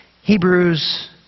Hebrews